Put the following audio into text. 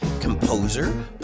composer